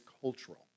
cultural